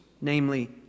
namely